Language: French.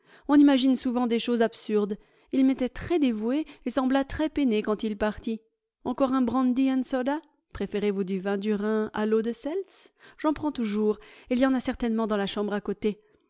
on imagine souvent des choses absurdes il m'était très dévoué et sembla très j peiné quand il partit encore un brandy and soda préférez-vous du vin du rhin à l'eau de seltz j'en prends toujours il y en a certainement dans la chambre à côté